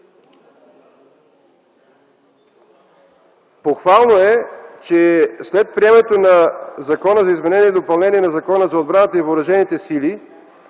Похвално е, че след приемането на Закона за изменение и допълнение на Закона за отбраната и въоръжените сили,